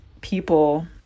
people